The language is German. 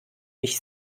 mich